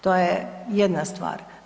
To je jedna stvar.